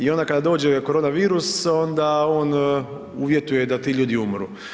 I onda kada dođe koronavirus onda on uvjetuje da ti ljudi umru.